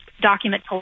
document